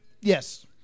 Yes